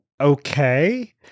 Okay